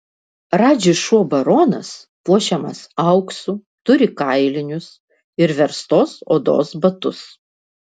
radži šuo baronas puošiamas auksu turi kailinius ir verstos odos batus